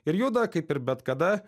ir juda kaip ir bet kada